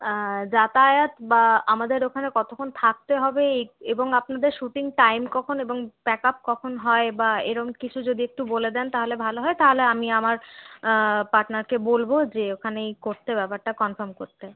যাতায়াত বা আমাদের ওখানে কতক্ষণ থাকতে হবে এবং আপনাদের শুটিং টাইম কখন এবং প্যাক আপ কখন হয় বা এইরকম কিছু যদি একটু বলে দেন তাহলে ভালো হয় তাহলে আমি আমার পার্টনারকে বলবো যে ওখানেই করতে ব্যাপারটা কনফার্ম করতে